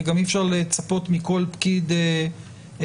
כי גם אי אפשר לצפות מכל פקיד הוצאה